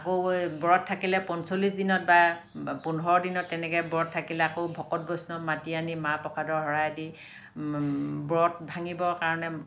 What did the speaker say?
আকৌ ব্ৰত থাকিলে পঞ্চলিছ দিনত বা পোন্ধৰ দিনত তেনেকৈ ব্ৰত থাকিলে আকৌ ভকত বৈষ্ণৱ মাতি আনি মাহ প্ৰসাদৰ শৰাই দি ব্ৰত ভাঙিবৰ কাৰণে